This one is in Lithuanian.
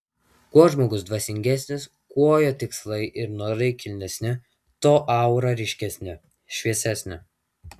kuo žmogus dvasingesnis kuo jo tikslai ir norai kilnesni tuo aura ryškesnė šviesesnė